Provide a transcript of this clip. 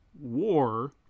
war